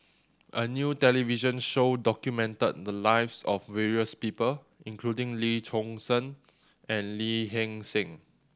a new television show documented the lives of various people including Lee Choon Seng and Lee Hee Seng